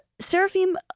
seraphim